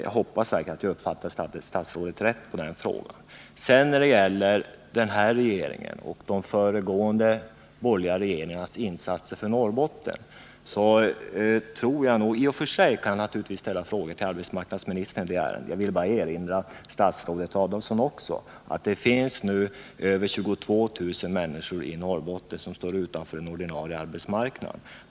Jag hoppas verkligen att jag uppfattade statsrådet rätt på den punkten. Beträffande den här regeringens och de föregående borgerliga regeringarnas insats för Norrbotten: Jag kan naturligtvis i och för sig ställa frågor till arbetsmarknadsministern i detta ärende. Jag vill bara erinra statsrådet Adelsohn om att det nu finns över 22 000 människor i Norrbotten som står utanför den ordinarie arbetsmarknaden.